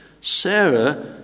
Sarah